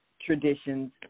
traditions